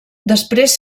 després